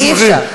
אי-אפשר.